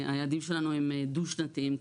היעדים שלנו הם דו שנתיים,